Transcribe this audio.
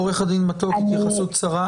עו"ד מתוק, התייחסות קצרה.